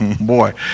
boy